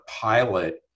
pilot